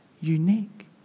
unique